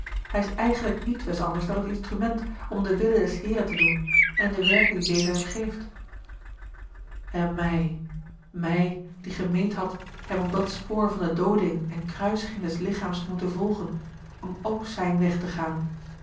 hij is eigenlijk nietwes anders dan het instrument om den wille des heeren te doen en de werken die deze hem geeft en mij mij die gemeend had hem op dat spoor van de dooding en kruisiging des lichaams te moeten volgen om ook zijn weg te gaan